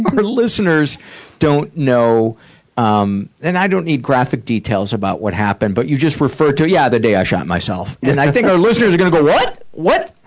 our listeners don't know um and and i don't need graphic details about what happened, but you just referred to, yeah, the day i shot myself. yeah and i think our listeners are gonna go, what! what?